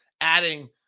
adding